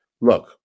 Look